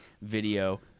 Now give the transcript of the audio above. video